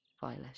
Violet